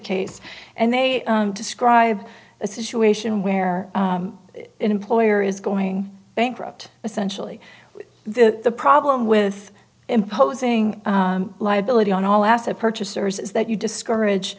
case and they describe a situation where an employer is going bankrupt essentially the problem with imposing liability on all asset purchasers is that you discourage